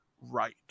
right